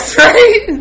right